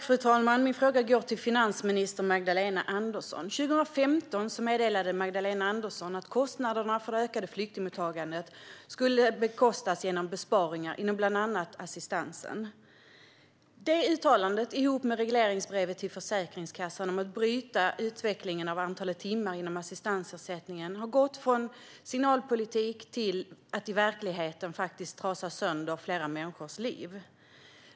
Fru talman! Min fråga går till finansminister Magdalena Andersson. 2015 meddelade Magdalena Andersson att kostnaderna för det ökade flyktingmottagandet skulle täckas genom besparingar inom bland annat assistansen. Detta uttalande har tillsammans med regleringsbrevet till Försäkringskassan om att bryta utvecklingen av antalet timmar inom assistansersättningen gått från signalpolitik till att i verkligheten trasa sönder vissa människors liv.